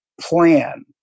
plan